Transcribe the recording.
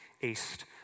east